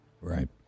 Right